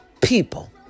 people